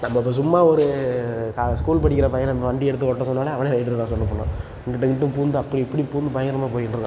நம்ப இப்போ சும்மா ஒரு கா ஸ்கூல் படிக்கிற பையனை நம்ம வண்டி எடுத்து ஓட்ட சொன்னோன்னால் அவனே ரைட்ரு தான் சொல்லப்போனால் இங்கிட்டும் இங்கிட்டும் பூந்து அப்படி இப்படி பூந்து பயங்கரமாக போயிகிட்ருக்கான்